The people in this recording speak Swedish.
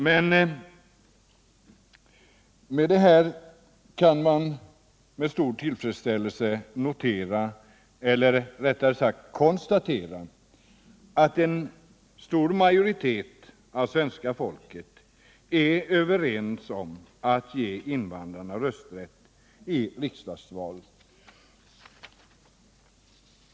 Mot bakgrund av detta kan man med stor tillfredsställelse notera, eller rättare sagt konstatera, att en stor majoritet av svenska folket är enig om att ge invandrarna rösträtt i riksdagsval.